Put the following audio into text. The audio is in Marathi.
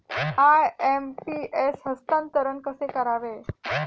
आय.एम.पी.एस हस्तांतरण कसे करावे?